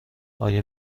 آیا